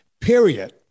period